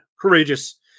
courageous